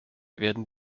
werden